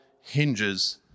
hinges